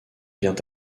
vient